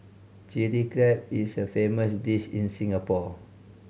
Chilli Crab is a famous dish in Singapore